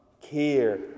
care